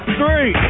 three